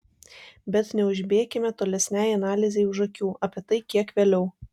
bet neužbėkime tolesnei analizei už akių apie tai kiek vėliau